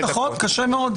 נכון, מאוד קשה.